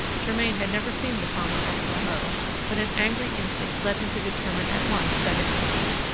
germain had never seen the farmer of ormeaux but an angry instinct led him to determine at once that it was he.